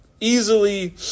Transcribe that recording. easily